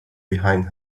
behind